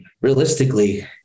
realistically